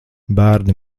bērni